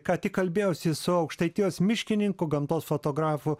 ką tik kalbėjausi su aukštaitijos miškininku gamtos fotografu